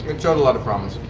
it showed a lot of promise.